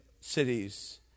cities